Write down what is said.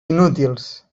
inútils